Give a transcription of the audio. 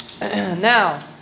Now